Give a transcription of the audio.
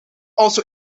also